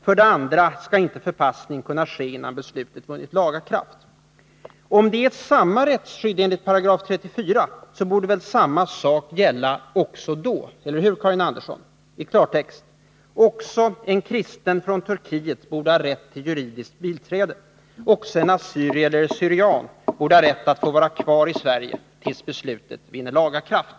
För det andra skall inte förpassning kunna ske innan beslutet vunnit laga kraft. Om det är samma rättsskydd enligt 34 §, borde väl i klartext samma sak gälla också då — eller hur, Karin Andersson? Även en kristen från Turkiet borde ha rätt till juridiskt biträde. Även en assyrier eller syrian borde ha rätt att få vara kvar i Sverige tills beslutet vinner laga kraft.